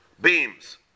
beams